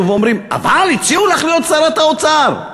ואומרים: אבל הציעו לך להיות שרת האוצר.